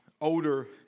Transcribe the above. older